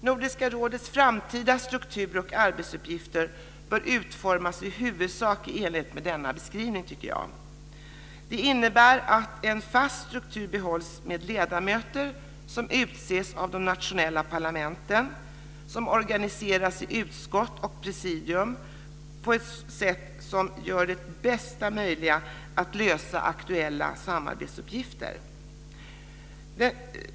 Nordiska rådets framtida struktur och arbetsuppgifter bör i huvudsak utformas i enlighet med denna beskrivning. Det innebär att en fast struktur behålls med ledamöter som utses av de nationella parlamenten och som organiseras i utskott och presidium på ett sätt som är det bästa möjliga för att lösa aktuella samarbetsuppgifter.